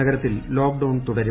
നഗരത്തിൽ ലോക്ഡൌൺ തുടരും